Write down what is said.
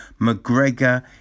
McGregor